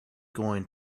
going